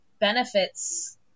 benefits